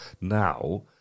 now